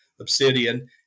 obsidian